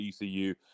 ECU